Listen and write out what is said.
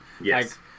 Yes